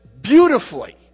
beautifully